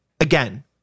again